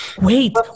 wait